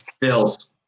Bills